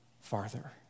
farther